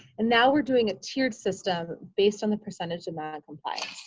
and now we're doing a tiered system based on the percentage of noncompliance.